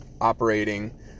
operating